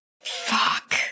Fuck